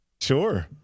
Sure